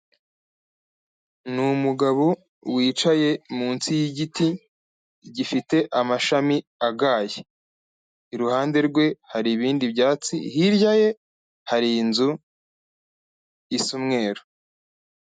Ni umugabo wicaye munsi y'igiti gifite amashami agaye, iruhande rwe hari ibindi byatsi, hirya ye hari inzu isa umweru.